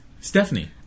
Stephanie